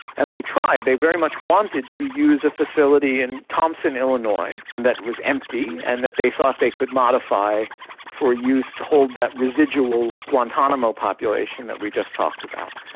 and they tried they very much wanted to use a facility in thompson, illinois, that was empty and that they thought they could modify for use to hold that residual guantanamo population that we just talked about.